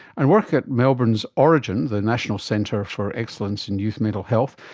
and work at melbourne's orygen, the national centre for excellence in youth mental health,